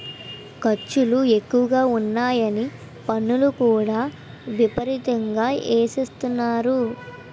ఖర్చులు ఎక్కువగా ఉన్నాయని పన్నులు కూడా విపరీతంగా ఎసేత్తన్నారు